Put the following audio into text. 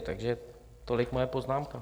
Takže tolik moje poznámka.